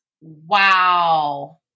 Wow